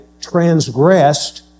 transgressed